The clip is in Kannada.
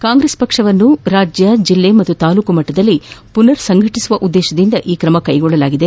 ಕಾಂಗ್ರೆಸ್ ಪಕ್ಷವನ್ನು ರಾಜ್ಯ ಜಿಲ್ಲೆ ಮತ್ತು ತಾಲೂಕು ಮಟ್ಟದಲ್ಲಿ ಪುನರ್ ಸಂಘಟಿಸುವ ಉದ್ದೇಶದಿಂದ ಈ ಕ್ರಮ ಕೈಗೊಳ್ಳಲಾಗಿದೆ